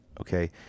okay